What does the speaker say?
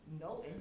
no